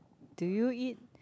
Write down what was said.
do you eat